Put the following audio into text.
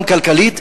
גם כלכלית,